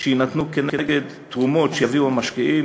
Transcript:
שיינתנו כנגד תרומות שיביאו המשקיעים,